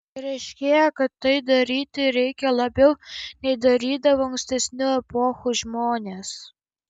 ir aiškėja kad tai daryti reikia labiau nei darydavo ankstesnių epochų žmonės